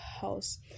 house